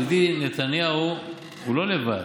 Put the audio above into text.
תדעי: נתניהו לא לבד,